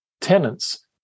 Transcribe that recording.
tenants